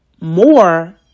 more